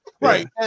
Right